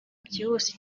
byihuse